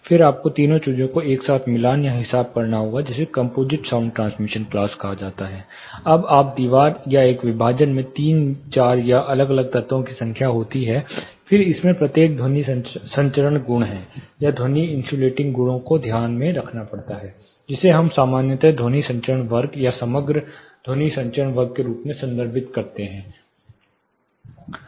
फिर आपको तीनों चीजों का एक साथ मिलान या हिसाब करना होगा जिसे कंपोजिट साउंड ट्रांसमिशन क्लास कहा जाता है जब आप दीवार या एक विभाजन में तीन चार या अलग अलग तत्वों की संख्या होती है फिर इसमें से प्रत्येक ध्वनि संचरण गुण है या ध्वनि इन्सुलेटिंग गुणों को ध्यान में रखना पड़ता है जिसे हम सामान्यतः ध्वनि संचरण वर्ग या समग्र ध्वनि संचरण वर्ग के रूप में संदर्भित करते हैं विशेष विभाजन